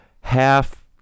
half